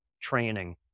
training